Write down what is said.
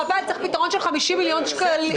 חבל, צריך פתרון של 50 מיליון שקלים.